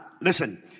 listen